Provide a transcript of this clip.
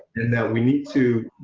and that we need to